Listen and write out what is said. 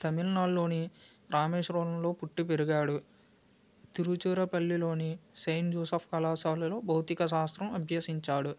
తమిళనాడులోని రామేశ్వరంలో పుట్టి పెరిగాడు తిరుచురపల్లిలోని సెయింట్ జోసెఫ్ కళాశాలలో భౌతిక శాస్త్రం అభ్యసించాడు